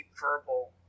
verbal